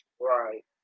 right